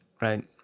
Right